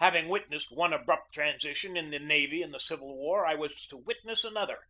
having witnessed one abrupt transition in the navy in the civil war, i was to witness another